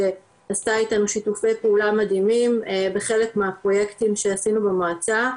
שעשתה איתנו שיתופי פעולה מדהימים בחלק מהפרוייקטים שעשינו במועצה.